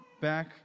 back